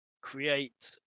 create